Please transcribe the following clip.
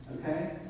okay